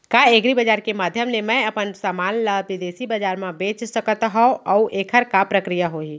का एग्रीबजार के माधयम ले मैं अपन समान ला बिदेसी बजार मा बेच सकत हव अऊ एखर का प्रक्रिया होही?